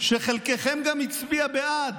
שחלקכם גם הצביע בעד,